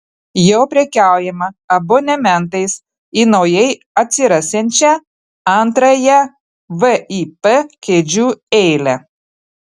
jau prekiaujama abonementais į naujai atsirasiančią antrąją vip kėdžių eilę